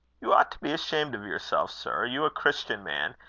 you ought to be ashamed of yourself, sir. you a christian man,